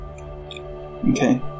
Okay